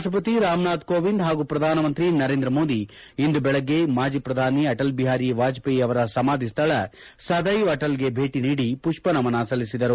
ರಾಷ್ಟಪತಿ ರಾಮನಾಥ್ ಕೋವಿಂದ್ ಹಾಗೂ ಪ್ರಧಾನಮಂತ್ರಿ ನರೇಂದ್ರಮೋದಿ ಇಂದು ಬೆಳಗ್ಗೆ ಮಾಜಿ ಪ್ರಧಾನಿ ಅಟಲ್ ಬಿಹಾರಿ ವಾಜಪೇಯಿ ಅವರ ಸಮಾಧಿ ಸ್ಥಳ ಸದ್ವೆವ್ ಅಣಲ್ ಗೆ ಭೇಟಿ ನೀಡಿ ಪುಷ್ಪ ನಮನ ಸಲ್ಲಿಸಿದರು